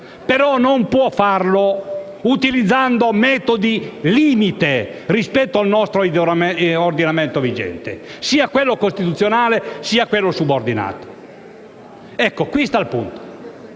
che non possa farlo utilizzando metodi limite rispetto al nostro ordinamento vigente, sia quello costituzionale sia quello subordinato. Questo è il punto: